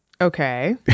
Okay